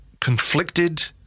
conflicted